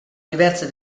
diverse